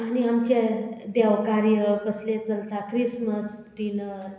आनी आमचें देवकार्य कसलें चलता क्रिस्मस डिनर